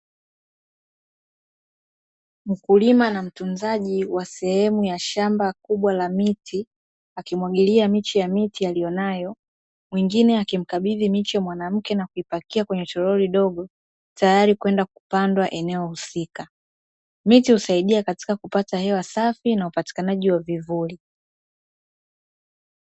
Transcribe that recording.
Mkulima na mtunzaji wa sehemu ya shamba kubwa la miti akimwagilia miche ya miti aliyonayo, mwingine akimkabidhi miche mwanamke na kuipakia kwenye toroli dogo tayari kwenda kupandwa eneo husika. Miti husaidia katika kupata hewa safi na upatikanaji wa vivuli.